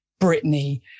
Britney